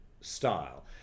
style